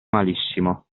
malissimo